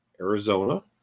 Arizona